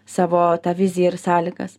savo tą viziją ir sąlygas